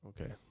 Okay